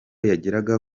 yageraga